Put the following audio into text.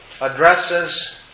addresses